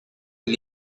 del